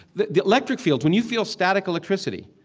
the the electric field, when you feel static electricity,